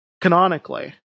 canonically